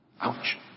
Ouch